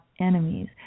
enemies